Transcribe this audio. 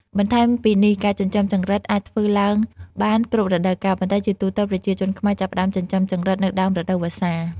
បន្ថែមពីនេះការចិញ្ចឹមចង្រិតអាចធ្វើឡើងបានគ្រប់រដូវកាល ប៉ុន្តែជាទូទៅ ប្រជាជនខ្មែរចាប់ផ្ដើមចិញ្ចឹមចង្រិតនៅ ដើមរដូវវស្សា។